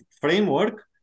framework